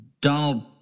Donald